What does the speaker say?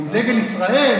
עם דגל ישראל,